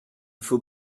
faut